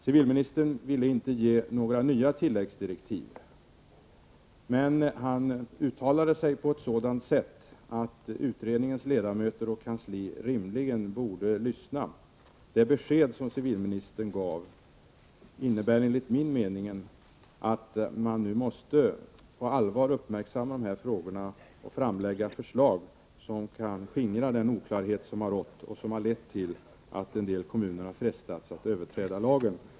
Civilministern ville inte ge några nya tilläggsdirektiv, men han uttalade sig på ett sådant sätt att utredningens ledamöter och kansli rimligen bör lyssna. Det besked som civilministern gav innebär enligt min mening att man nu på allvar måste uppmärksamma de här frågorna och framlägga förslag som kan skingra den oklarhet som har rått och som lett till att en del kommuner har frestats att överträda lagen.